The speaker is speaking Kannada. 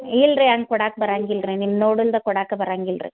ಇಲ್ರಿ ಹಂಗ್ ಕೊಡಕ್ಕೆ ಬರಾಂಗಿಲ್ಲ ರೀ ನಿಮ್ಮ ನೋಡುಲ್ದ ಕೊಡಕ ಬರಾಂಗಿಲ್ಲ ರೀ